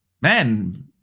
man